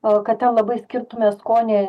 a kad ten labai skirtume skonį